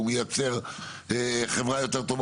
והוא מייצר חברה יותר טובה.